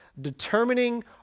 determining